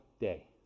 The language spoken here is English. day